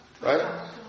right